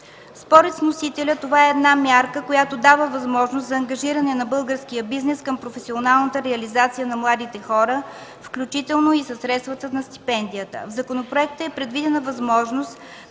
Според вносителя това е една мярка, която дава възможност за ангажиране на българския бизнес към професионалната реализация на младите хора, включително и със средствата на стипендията. В законопроекта е предвидена възможност